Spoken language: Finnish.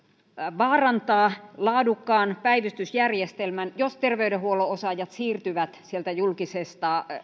vaarantaa laadukkaan päivystysjärjestelmän jos terveydenhuollon osaajat siirtyvät sieltä julkisesta